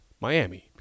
Miami